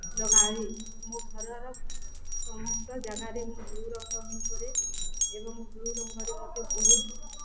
ଲଗାଏ ମୋ ଘରର ସମସ୍ତ ଜାଗାରେ ମୁଁ ବ୍ଲୁ ରଙ୍ଗ ହେଇ କରେ ଏବଂ ବ୍ଲୁ ରଙ୍ଗରେ ମୋତେ ବହୁତ